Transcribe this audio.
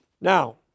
Now